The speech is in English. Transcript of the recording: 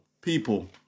people